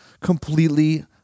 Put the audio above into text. completely